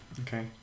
Okay